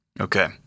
Okay